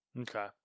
Okay